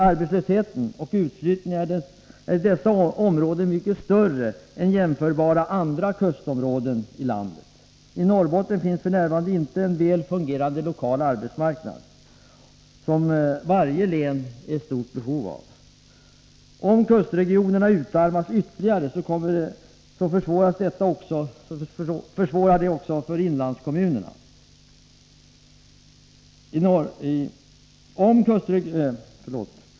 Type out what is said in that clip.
Arbetslösheten och utflyttningen är i dessa områden mycket större än i jämförbara andra kustområden i landet. I Norrbotten finns f. n. inte en väl fungerande lokal arbetsmarknad, som varje län har stort behov av. Om kustregionerna utarmas ytterligare försvårar detta också för inlandskommunerna.